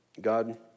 God